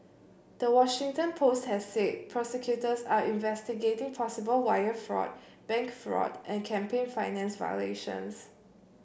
the Washington Post has said prosecutors are investigating possible wire fraud bank fraud and campaign finance violations